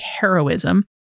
heroism